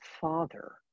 father